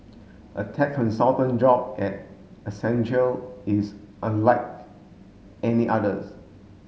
a tech consultant job at Accenture is unlike any others